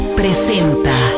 presenta